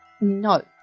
No